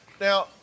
Now